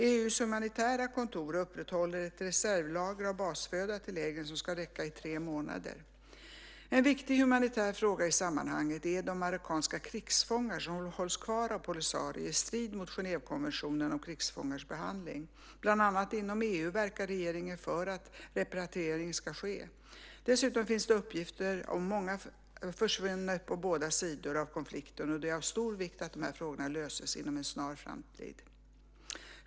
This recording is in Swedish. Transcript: EU:s humanitära kontor upprätthåller ett reservlager av basföda till lägren som ska räcka i tre månader. En viktig humanitär fråga i sammanhanget är de marockanska krigsfångar som hålls kvar av Polisario i strid med Genèvekonventionen om krigsfångars behandling. Bland annat inom EU verkar regeringen för att repatriering ska ske. Dessutom finns det uppgifter om många försvunna på båda sidor av konflikten och det är av stor vikt att dessa frågor löses inom en snar framtid.